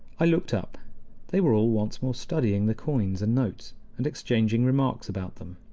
i looked up they were all once more studying the coins and notes, and exchanging remarks about them.